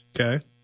Okay